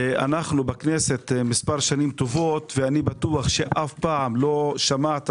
אנו בכנסת מספר שנים טובות ואני בטוח שמעולם לא שמעת